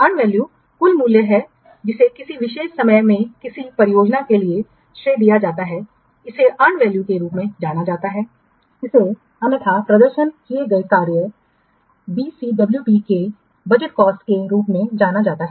earned value कुल मूल्य है जिसे किसी विशेष समय में किसी परियोजना के लिए श्रेय दिया जाता है इसे अर्नवैल्यू के रूप में जाना जाता है इसे अन्यथा प्रदर्शन किए गए कार्य या बीसीडब्ल्यूपी के बजट कॉस्ट के रूप में जाना जाता है